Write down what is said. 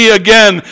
again